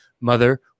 mother